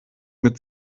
mit